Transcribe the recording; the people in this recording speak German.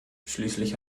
schließlich